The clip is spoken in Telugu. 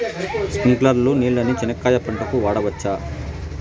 స్ప్రింక్లర్లు నీళ్ళని చెనక్కాయ పంట కు వాడవచ్చా?